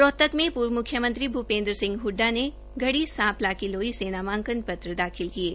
रोहतक में पूर्व मुख्यमंत्री भूपेन्द्र सिंह हडडा ने गढ़ी सांपला किलोई से नामांकन पत्र दाखिल किये